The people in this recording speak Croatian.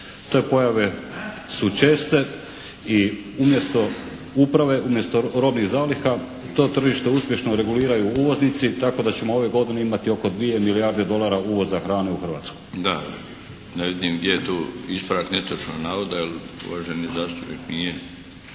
Te pojave su česte i umjesto uprave, umjesto robnih zaliha to tržište uspješno reguliraju uvoznici tako da ćemo ove godine imati oko 2 milijarde dolara uvoza hrane u Hrvatsku. **Milinović, Darko (HDZ)** Da, ne vidim gdje je tu ispravak netočnog navoda, jer uvaženi zastupnik nije